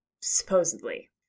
supposedly